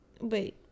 wait